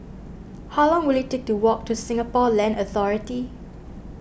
how long will it take to walk to Singapore Land Authority